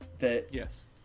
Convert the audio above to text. Yes